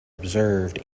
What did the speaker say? observed